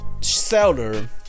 seller